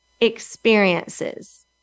experiences